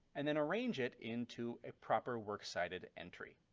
and then arrange it into a proper works-cited entry.